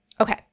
Okay